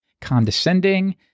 condescending